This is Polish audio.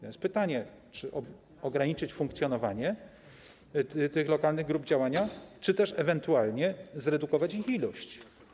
Mam pytanie: Czy ograniczyć funkcjonowanie lokalnych grup działania, czy też ewentualnie zredukować ich ilość?